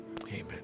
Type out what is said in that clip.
Amen